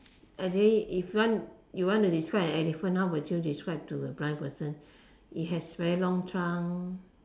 and then if you want you want to describe an elephant how would you describe to a blind person it has very long trunk